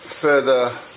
further